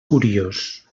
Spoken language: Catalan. curiós